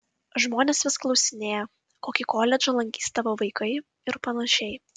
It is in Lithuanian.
žmonės vis klausinėja kokį koledžą lankys tavo vaikai ir panašiai